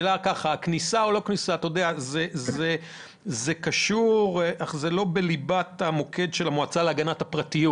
כניסה או לא כניסה זה אומנם קשור למועצה להגנת הפרטיות